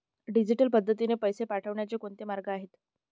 Digital पद्धतीने पैसे पाठवण्याचे कोणते मार्ग आहेत?